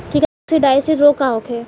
काकसिडियासित रोग का होखे?